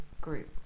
group